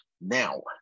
Now